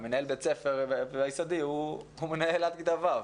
מנהל בית ספר של יסודי הוא מנהל עד כיתה ו',